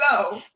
So-